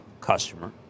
customer